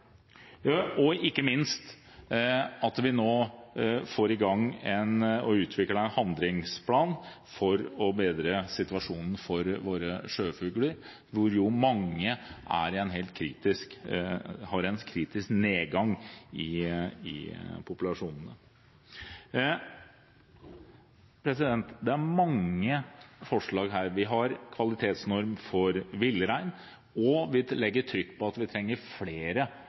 dag. Ikke minst får vi nå satt i gang og utviklet en handlingsplan for å bedre situasjonen for våre sjøfugler, hvor jo mange har en kritisk nedgang i populasjonene. Det er mange forslag her. Vi har kvalitetsnorm for villrein, og vi legger trykk på at vi trenger kvalitetsnormer for flere arter. Vi legger også trykk på at vi trenger flere